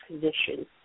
position